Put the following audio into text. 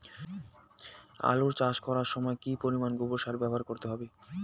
আলু চাষ করার সময় কি পরিমাণ গোবর সার ব্যবহার করতে হবে?